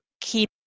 Keep